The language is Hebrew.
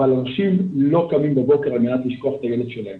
אבל אנשים לא קמים בבוקר על מנת לשכוח את הילד שלהם,